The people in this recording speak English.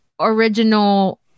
original